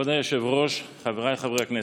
כבוד היושב-ראש, חבריי חברי הכנסת,